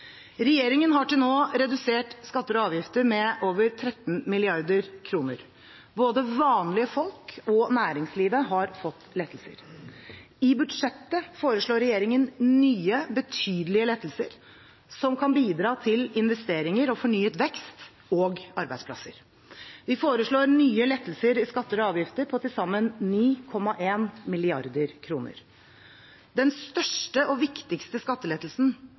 Regjeringen har til nå redusert skatter og avgifter med over 13 mrd. kr. Både vanlige folk og næringslivet har fått lettelser. I budsjettet foreslår regjeringen nye, betydelige lettelser som kan bidra til investeringer, fornyet vekst og arbeidsplasser. Vi foreslår nye lettelser i skatter og avgifter på til sammen 9,1 mrd. kr. Den største og viktigste skattelettelsen